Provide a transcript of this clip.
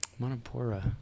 Monopora